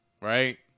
right